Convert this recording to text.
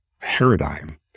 paradigm